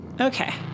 Okay